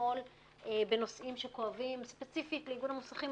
אתמול בנושאים שכואבים ספציפית לאיגוד המוסכים,